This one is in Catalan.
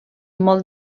molt